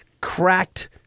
cracked